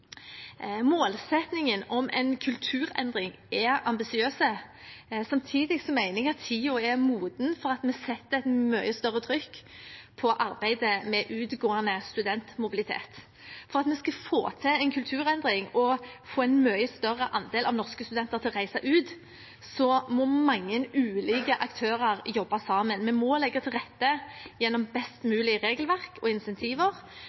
Målsettingen om en kulturendring er ambisiøs. Samtidig mener jeg at tiden er moden for at vi setter et mye større trykk på arbeidet med utgående studentmobilitet. For at vi skal få til en kulturendring og få en mye større andel av norske studenter til å reise ut, må mange ulike aktører jobbe sammen. Vi må legge til rette gjennom best mulig regelverk og